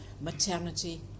maternity